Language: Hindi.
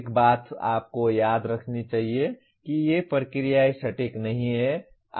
एक बात आपको याद रखनी चाहिए कि ये प्रक्रियाएँ सटीक नहीं हैं